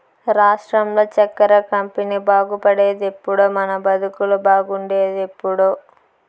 రాష్ట్రంలో చక్కెర కంపెనీ బాగుపడేదెప్పుడో మన బతుకులు బాగుండేదెప్పుడో